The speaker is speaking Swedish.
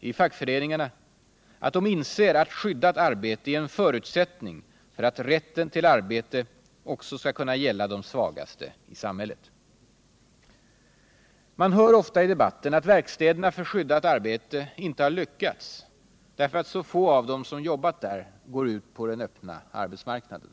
i fackföreningarna — inser att skyddat arbete är en förutsättning för att rätten till arbete också skall kunna gälla de svagaste i samhället. Man hör ofta i debatten att verkstäderna för skyddat arbete inte har lyckats därför att så få av dem som jobbat där går ut på den öppna arbetsmarknaden.